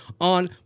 on